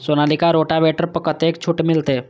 Sonalika rotavator पर कतेक छूट मिलते?